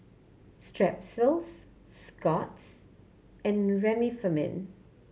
Strepsils Scott's and Remifemin